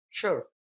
Sure